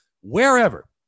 wherever